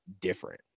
different